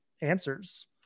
answers